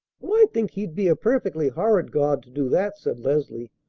well, i think he'd be a perfectly horrid god to do that! said leslie.